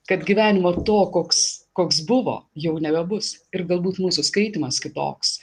kad gyvenimo to koks koks buvo jau nebebus ir galbūt mūsų skaitymas kitoks